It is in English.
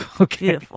Okay